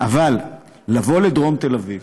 אבל לבוא לדרום תל אביב